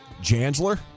Jansler